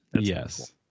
yes